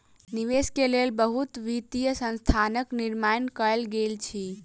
निवेश के लेल बहुत वित्तीय संस्थानक निर्माण कयल गेल अछि